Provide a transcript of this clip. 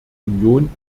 union